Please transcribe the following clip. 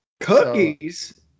Cookies